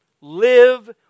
Live